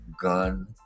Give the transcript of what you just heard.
gun